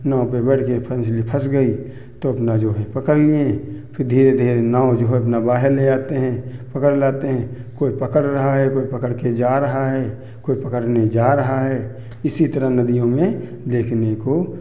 नाव पे बैठ गए फंसली फँस गई तो अपना जो है पकड़ लिएँ फिर धीरे धीरे नाव जो है अपना बाहेर ले आते हैं पकड़ लाते हैं कोई पकड़ रहा है कोई पकड़ के जा रहा है कोई पकड़ने जा रहा है इसी तरह नदियों में देखने को